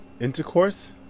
Intercourse